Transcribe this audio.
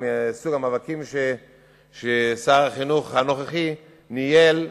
מסוג המאבקים ששר החינוך הנוכחי ניהל,